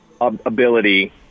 ability